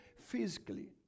physically